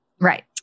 Right